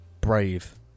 brave